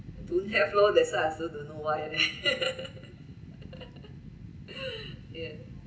don't have loh that's why I also don't know why leh yeah